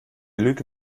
lüge